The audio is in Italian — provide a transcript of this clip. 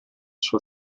sua